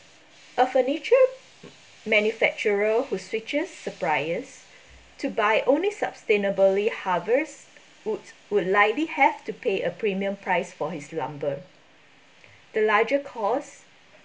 a furniture manufacturer who switches suppliers to buy only sustainably harvest woods would likely have to pay a premium price for his lumber the larger costs